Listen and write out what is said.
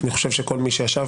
אני חושב שכל מי שישב